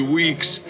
weeks